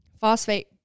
phosphate